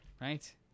right